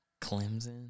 Clemson